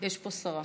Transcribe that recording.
יש פה שרה.